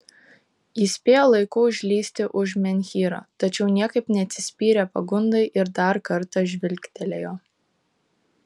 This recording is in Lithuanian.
jis spėjo laiku užlįsti už menhyro tačiau niekaip neatsispyrė pagundai ir dar kartą žvilgtelėjo